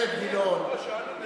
גילאון,